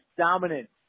dominant